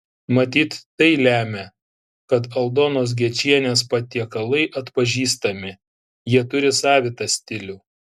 matyt tai lemia kad aldonos gečienės patiekalai atpažįstami jie turi savitą stilių